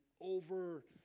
over